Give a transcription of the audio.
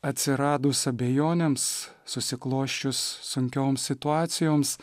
atsiradus abejonėms susiklosčius sunkioms situacijoms